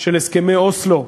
של הסכמי אוסלו,